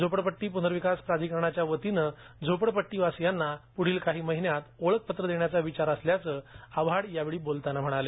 झोपडपट्टी प्नर्विकास प्राधिकरणाच्या वतीने झोपडपट्टीवासियांना प्ढील काही महिन्यात ओळखपत्र देण्याचा विचार असल्याचेही आव्हाड म्हणाले